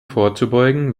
vorzubeugen